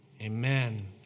Amen